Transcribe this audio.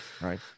right